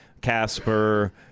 Casper